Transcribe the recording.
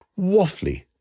waffly